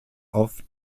auf